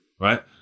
right